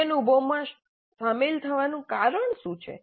તે અનુભવમાં શામેલ થવાનું કારણ શું છે